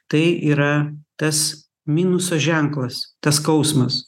tai yra tas minuso ženklas tas skausmas